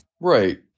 Right